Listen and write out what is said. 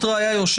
הייתה לנו